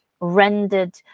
rendered